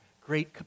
great